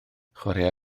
chwaraea